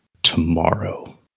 tomorrow